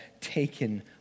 taken